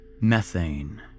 methane